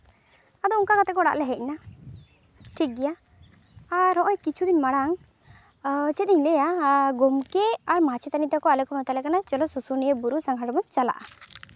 ᱟᱫᱚ ᱚᱱᱠᱟ ᱠᱟᱛᱮ ᱜᱮ ᱚᱲᱟᱜ ᱞᱮ ᱦᱮᱡ ᱮᱱᱟ ᱴᱷᱤᱠᱜᱮᱭᱟ ᱟᱨ ᱦᱚᱜᱼᱚᱭ ᱠᱤᱪᱷᱩ ᱫᱤᱱ ᱢᱟᱲᱟᱝ ᱪᱮᱫ ᱤᱧ ᱞᱟᱹᱭᱟ ᱜᱚᱢᱠᱮ ᱟᱨ ᱢᱟᱪᱮᱛᱟᱹᱱᱤ ᱟᱠᱚ ᱟᱞᱮ ᱠᱚ ᱢᱮᱛᱟᱞᱮ ᱠᱟᱱᱟ ᱪᱚᱞᱚ ᱥᱩᱥᱩᱱᱤᱭᱟᱹ ᱵᱩᱨᱩ ᱥᱟᱸᱜᱷᱟᱨ ᱵᱚᱱ ᱪᱟᱞᱟᱜᱼᱟ